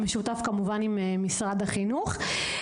בשיתוף כמובן עם משרד החינוך.